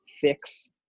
fix